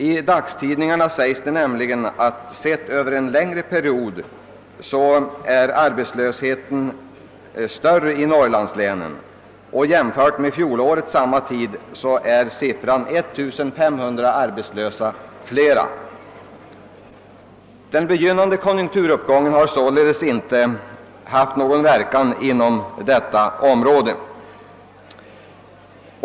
I dagstidningarna uppges nämligen att arbetslösheten sett över en längre period blivit större i norrlandslänen. Antalet arbetslösa anges vara 19500 personer större än vid motsvarande tidpunkt under fjolåret. Den begynnande konjunkturuppgången har således inte haft någon inverkan inom detta område.